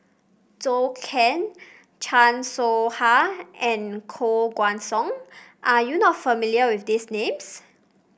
Zhou Can Chan Soh Ha and Koh Guan Song are you not familiar with these names